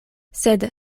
sed